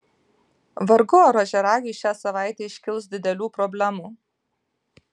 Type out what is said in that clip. vargu ar ožiaragiui šią savaitę iškils didelių problemų